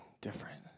different